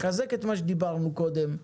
זה מחזק את מה שדיברנו קודם,